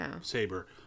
saber